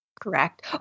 Correct